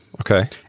Okay